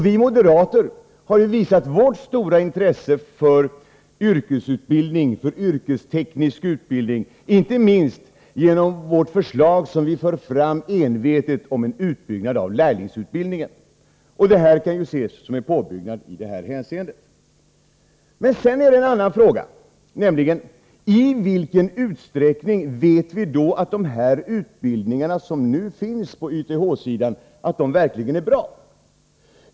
Vi moderater har ju visat vårt stora intresse för yrkesutbildning, för yrkesteknisk utbildning, inte minst genom det förslag om en utbyggnad av lärlingsutbildningen som vi envetet för fram. Detta kan ju ses som en påbyggnad i det här hänseendet. Sedan kommer en annan fråga: I vilken utsträckning vet vi att de utbildningar som nu finns på YTH-sidan verkligen är bra?